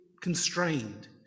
constrained